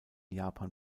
japan